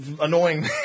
Annoying